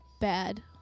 bad